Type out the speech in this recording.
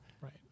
Right